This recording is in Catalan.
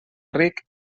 ric